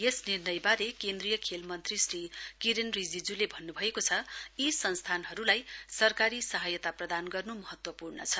यस निर्णयवारे केन्द्रीय खेल मन्त्री श्री किरेन रिजिजूले भन्नुभएको छ यी संस्थानहरुलाई सरकारी सहायता प्रदान गर्नु महत्व पूर्ण छ